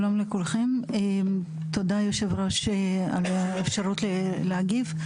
שלום לכולכם, תודה ליושב-ראש עלה אפשרות להגיב.